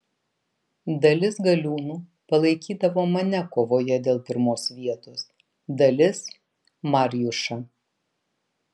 dalis galiūnų palaikydavo mane kovoje dėl pirmos vietos dalis mariušą